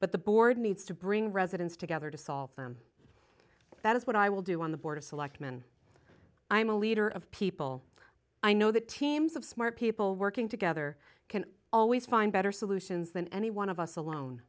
but the board needs to bring residents together to solve them that is what i will do on the board of selectmen i'm a leader of people i know that teams of smart people working together can always find better solutions than any one of us alone